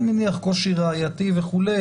ואני מניח קושי ראייתי וכו',